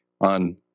on